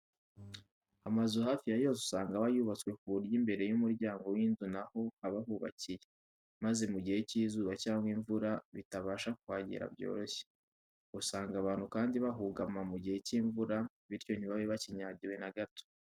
Amazu hafi ya yose usanga aba yubatswe ku buryo imbere y'umuryango w'inzu na ho haba hubakiye, maze mu gihe cy'izuba cyangwa imvura bitabasha kuhagera byoroshye. Usanga abantu kandi bahugama mu gihe cy'imvura, bityo ntibabe bakinyagiwe na gato.